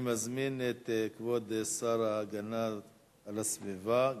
אני מזמין את כבוד השר להגנה על הסביבה,